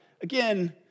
again